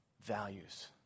values